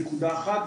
נקודה אחת,